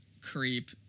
creep